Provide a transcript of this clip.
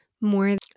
more